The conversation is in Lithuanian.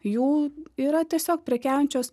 jų yra tiesiog prekiaujančios